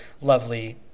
lovely